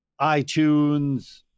itunes